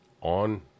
on